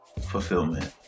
fulfillment